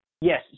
Yes